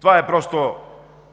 Това е просто